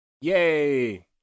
Yay